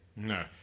No